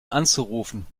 anzurufen